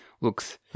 Looks